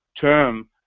term